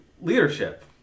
leadership